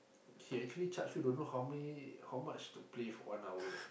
he actually charge you don't know how many how much to play for one hour